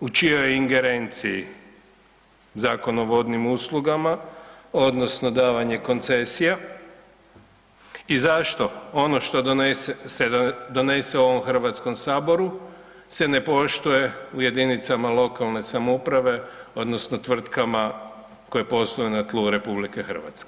u čijoj je ingerenciji Zakon o vodnim uslugama odnosno davanje koncesija i zašto ono što se donese u ovom HS se ne poštuje u jedinicama lokalne samouprave odnosno tvrtkama koje postoje na tlu RH?